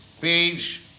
page